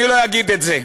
אני לא אגיד את זה.